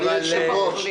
אדוני היושב-ראש,